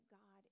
God